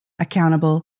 accountable